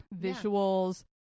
visuals